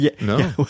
No